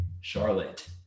Charlotte